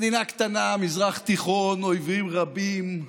מדינה קטנה, מזרח תיכון, אויבים רבים,